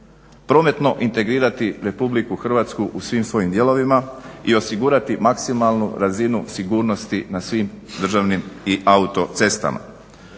prometno integrirati RH u svim svojim dijelovima i osigurati maksimalnu razinu sigurnosti na svim državnim i autocestama.